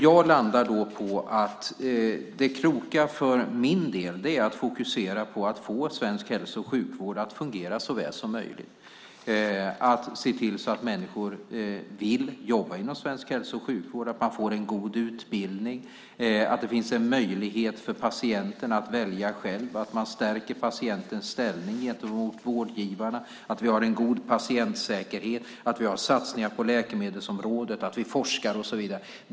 Jag landar då på att det kloka för min del är att fokusera på att få svensk hälso och sjukvård att fungera så väl som möjligt, att se till så att människor vill jobba inom svensk hälso och sjukvård, att de får en god utbildning, att det finns en möjlighet för patienten att välja själv, att man stärker patientens ställning gentemot vårdgivarna, att vi har en god patientsäkerhet, att vi har satsningar på läkemedelsområdet, att vi forskar och så vidare.